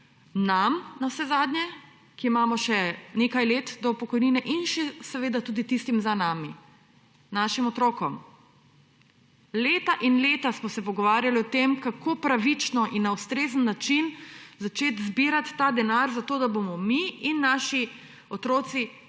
nam, navsezadnje, ki imamo še nekaj let do upokojitve, in seveda tudi tistim za nami, našim otrokom. Leta in leta smo se pogovarjali o tem, kako pravično in na ustrezen način začeti zbirati ta denar, zato da bomo mi in naši otroci